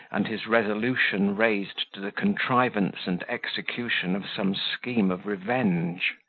and his resolution raised to the contrivance and execution of some scheme of revenge.